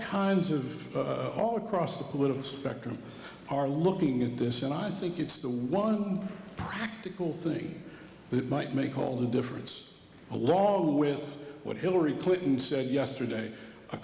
kinds of all across the political spectrum are looking at this and i think it's the one practical thing that might make all the difference along with what hillary clinton said yesterday a